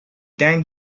then